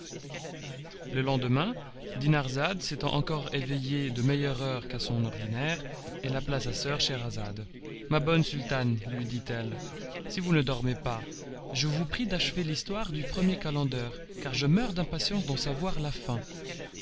le lendemain dinarzade s'étant encore éveillée de meilleure heure qu'à son ordinaire elle appela sa soeur scheherazade ma bonne sultane lui dit-elle si vous ne dormez pas je vous prie d'achever l'histoire du premier calender car je meurs d'impatience d'en savoir la fin